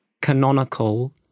canonical